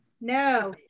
No